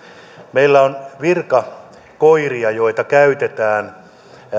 meillä on virkakoiria joita käytetään